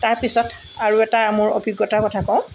তাৰপিছত আৰু এটা মোৰ অভিজ্ঞতাৰ কথা কওঁ